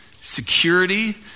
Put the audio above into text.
security